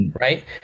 Right